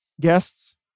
guests